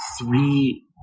three